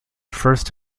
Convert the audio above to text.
first